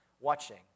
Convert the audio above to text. watching